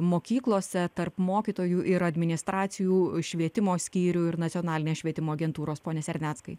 mokyklose tarp mokytojų ir administracijų švietimo skyrių ir nacionalinės švietimo agentūros pone serneckai